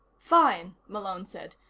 fine, malone said.